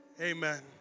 Amen